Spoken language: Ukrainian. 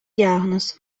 діагноз